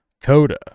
Coda